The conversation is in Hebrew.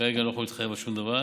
כרגע אני לא יכול להתחייב על שום דבר.